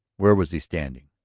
where was he standing?